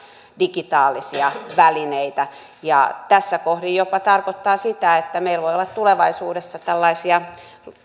digitaalisia välineitä tässä kohdin se jopa tarkoittaa sitä että meillä voi olla tulevaisuudessa lukioissa